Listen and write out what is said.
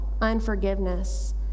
unforgiveness